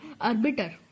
arbiter